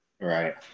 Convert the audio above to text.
Right